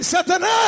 Satan